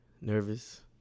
nervous